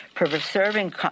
preserving